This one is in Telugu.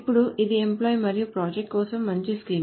ఇప్పుడు ఇది ఎంప్లాయ్ మరియు ప్రాజెక్ట్ కోసం మంచి స్కీమా